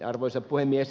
arvoisa puhemies